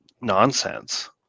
nonsense